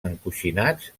encoixinats